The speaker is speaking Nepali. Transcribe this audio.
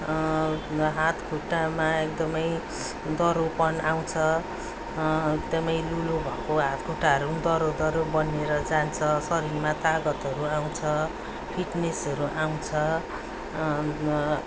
हात खुट्टामै दह्रोपन आउँछ एकदमै लुलो भएको हात खुट्टाहरू पनि दह्रो दह्रो बनेर जान्छ शरीरमा तागतहरू आउँछ फिटनेसहरू आउँछ